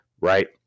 right